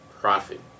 profit